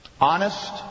Honest